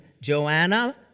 Joanna